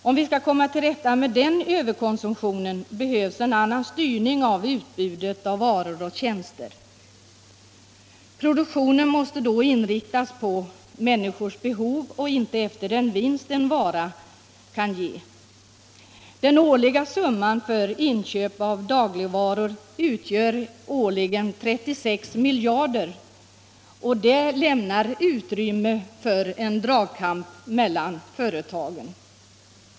Skall vi komma till rätta med den överkonsumtionen behövs en annan styrning av utbudet av varor och tjänster. Produktionen måste då inriktas på människors behov och inte på den vinst en vara kan ge. Den årliga summan för inköp av dagligvaror utgör 36 miljarder kronor, och det lämnar utrymme för en dragkamp mellan företagen.